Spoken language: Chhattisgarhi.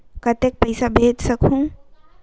कतेक पइसा भेज सकहुं?